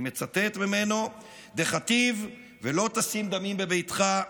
אני מצטט ממנו: "דכתיב: 'ולא תשים דמים בביתך',